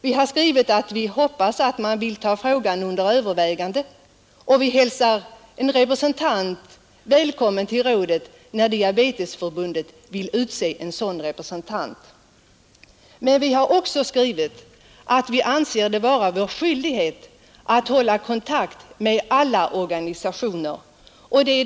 Vi har skrivit att vi hoppas att man vill ompröva sitt ställningstagande och vi hälsar en representant välkommen, när Diabetesförbundet vill utse en sådan. Men vi har också skrivit att vi hoppas vi kan samarbeta i andra former då vi anser det vara vår skyldighet att hålla kontakt med alla organisationer.